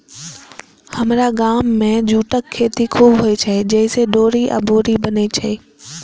हमरा गाम मे जूटक खेती खूब होइ छै, जइसे डोरी आ बोरी बनै छै